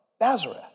Nazareth